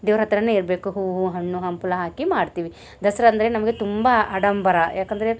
ದೇವ್ರ ಹತ್ರವೇ ಇರಬೇಕು ಹೂವು ಹಣ್ಣು ಹಂಪ್ಲು ಹಾಕಿ ಮಾಡ್ತೀವಿ ದಸರಾ ಅಂದರೆ ನಮಗೆ ತುಂಬ ಆಡಂಬರ ಯಾಕಂದರೆ